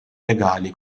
legali